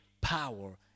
power